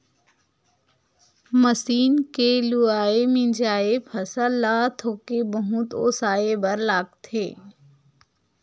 machine के लुवाए, मिंजाए फसल ल थोके बहुत ओसाए बर लागथे